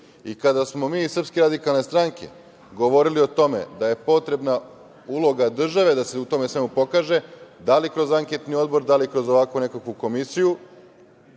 Kada smo mi iz SRS govorili o tome da je potrebna uloga države, da se u tome svemu pokaže, da li kroz anketni odbor, da li kroz ovakvu neku komisiju,